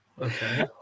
Okay